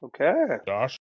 Okay